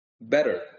better